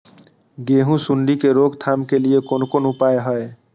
गेहूँ सुंडी के रोकथाम के लिये कोन कोन उपाय हय?